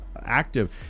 active